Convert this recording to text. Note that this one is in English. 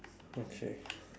okay